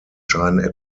scheinen